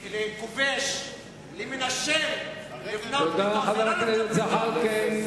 לכובש, למנשל, לבנות, תודה לחבר הכנסת זחאלקה.